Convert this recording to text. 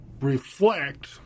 reflect